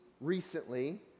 recently